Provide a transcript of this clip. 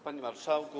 Panie Marszałku!